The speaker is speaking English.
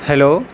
hello